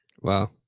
Wow